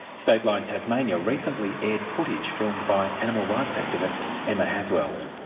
stateline tasmania recently aired footage filmed by animal rights activist, emma haswell.